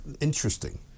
interesting